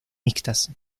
mixtas